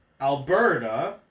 Alberta